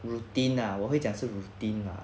routine ah 我会讲是 routine lah